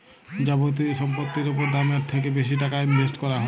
যাবতীয় সম্পত্তির উপর দামের থ্যাকে বেশি টাকা ইনভেস্ট ক্যরা হ্যয়